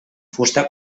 fusta